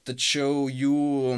tačiau jų